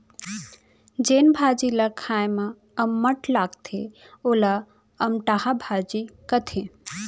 जेन भाजी ल खाए म अम्मठ लागथे वोला अमटहा भाजी कथें